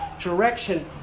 direction